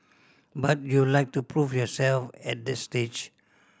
but you'd like to prove yourself at that stage